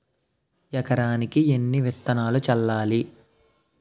ఎకరానికి ఎన్ని విత్తనాలు చల్లాలి?